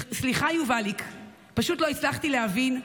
סליחה, יובליק, פשוט לא הצלחתי להבין.